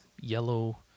Yellow